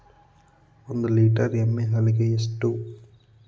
ಒಂದು ಲೇಟರ್ ಎಮ್ಮಿ ಹಾಲಿಗೆ ಎಷ್ಟು?